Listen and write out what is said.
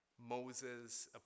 Moses